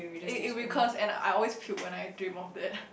it it recurs and I always puke when I dream of that